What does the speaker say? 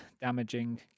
damaging